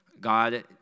God